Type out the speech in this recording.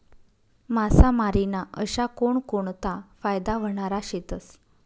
मासामारी ना अशा कोनकोनता फायदा व्हनारा शेतस?